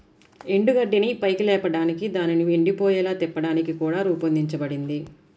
ఎండుగడ్డిని పైకి లేపడానికి దానిని ఎండిపోయేలా తిప్పడానికి కూడా రూపొందించబడింది